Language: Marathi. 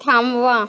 थांबवा